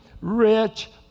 rich